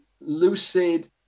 lucid